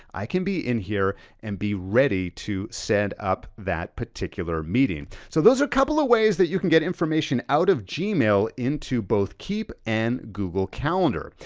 i can be in here and be ready to set up that particular meeting. so those are a couple of ways that you can get information out of gmail into both keep and google calendar.